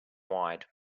wide